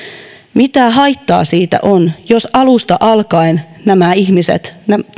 mitä haittaa on siitä jos alusta alkaen nämä ihmiset